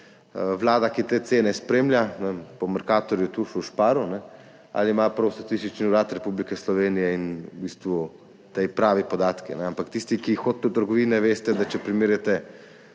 vlada, ki te cene spremlja, ne vem, po Mercatorju, Tušu, Sparu, ali ima prav Statistični urad Republike Slovenije in v bistvu te prave podatke? Ampak tisti, ki hodite v trgovine, veste, da če primerjate